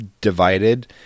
divided